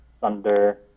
thunder